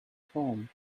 home